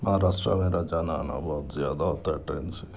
مہاراشٹرا میرا جانا آنا بہت زیادہ ہوتا ہے ٹرین سے